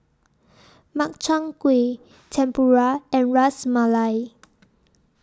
Makchang Gui Tempura and Ras Malai